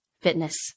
fitness